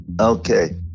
Okay